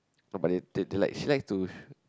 no but they they they like she likes to